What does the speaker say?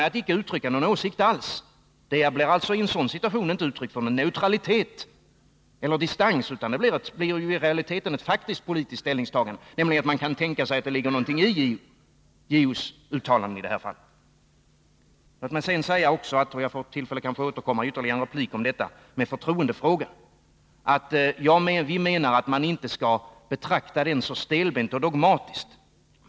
Att icke uttrycka någon åsikt alls blir i en sådan situation inte uttryck för neutralitet eller distans, utan det blir i realiteten ett faktiskt politiskt ställningstagande, nämligen att man kan tänka sig att det ligger någonting i JO:s uttalande i det här fallet. Låt mig sedan också säga — jag får kanske tillfälle att återkomma till detta i en replik — att vi menar att man inte skall betrakta förtroendefrågan så stelbent och dogmatiskt.